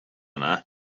yna